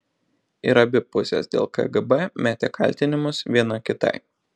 ir abi pusės dėl kgb mėtė kaltinimus viena kitai